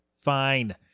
Fine